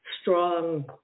strong